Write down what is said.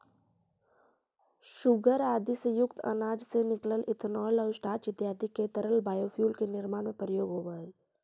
सूगर आदि से युक्त अनाज से निकलल इथेनॉल आउ स्टार्च इत्यादि के तरल बायोफ्यूल के निर्माण में प्रयोग होवऽ हई